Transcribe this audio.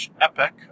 epic